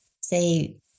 say